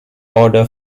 order